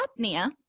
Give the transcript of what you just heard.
apnea